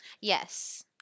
yes